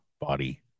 body